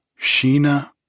Sheena